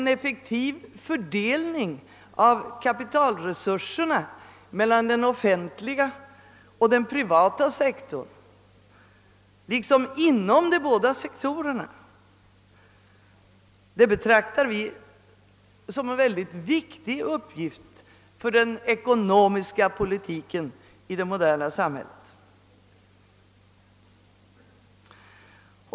En effektiv fördelning av kapitalresurserna mellan den offentliga och den privata sektorn liksom inom de båda sektorerna betraktar vi som en mycket viktig uppgift för den ekonomiska politiken i det moderna samhället.